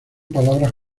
palabras